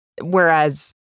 whereas